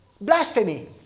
Blasphemy